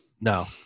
no